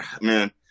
man